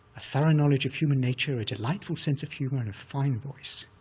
a thorough knowledge of human nature, a delightful sense of humor, and a fine voice.